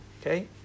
okay